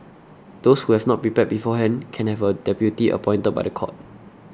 those who have not prepared beforehand can have a deputy appointed by the court